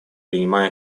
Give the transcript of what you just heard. принимая